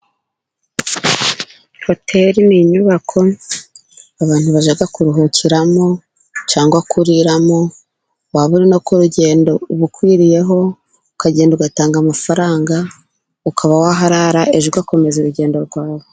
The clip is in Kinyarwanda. Hotel ni inyubako abantu bajya kuruhukiramo cyangwa kuriramo. Wabona uri no mu rugendo bukwiriyeho ,ukagenda ugatanga amafaranga. Ukaba waharara ejo ugakomeza urugendo rwawe.